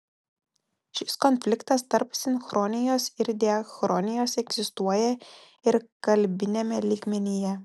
šis konfliktas tarp sinchronijos ir diachronijos egzistuoja ir kalbiniame lygmenyje